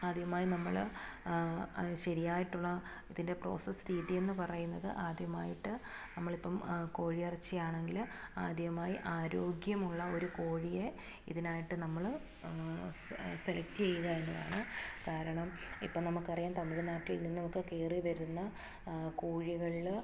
ആദ്യമായി നമ്മൾ ശരിയായിട്ടുള്ള ഇതിൻ്റെ പ്രോസസ് രീതിയെന്ന് പറയുന്നത് ആദ്യമായിട്ട് നമ്മളിപ്പം കോഴി ഇറച്ചി ആണെങ്കിൽ ആദ്യമായി ആരോഗ്യമുള്ള ഒരു കോഴിയെ ഇതിനായിട്ട് നമ്മൾ സെലക്റ്റ് ചെയ്യുക എന്നതാണ് കാരണം ഇപ്പം നമുക്കറിയാം തമിഴ്നാട്ടിൽ നിന്നുമൊക്കെ കയറിവരുന്ന കോഴികളിൽ